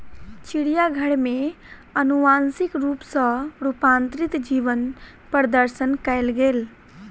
चिड़ियाघर में अनुवांशिक रूप सॅ रूपांतरित जीवक प्रदर्शन कयल गेल